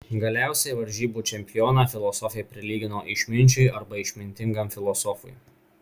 galiausiai varžybų čempioną filosofė prilygino išminčiui arba išmintingam filosofui